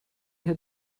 had